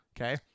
Okay